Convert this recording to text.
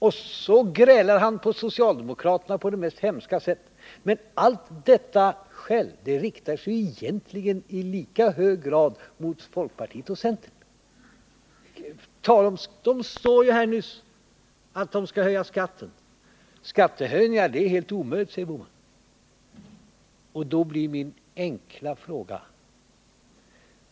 Och så grälar han på socialdemokraterna på det mest hemska sätt. Men detta skäll riktar sig egentligen i lika hög grad mot folkpartiet och centern. Man sade här nyss att man skall höja skatten. Skattehöjningar är helt omöjligt, säger herr Bohman. Därför ställer jag min enkla fråga.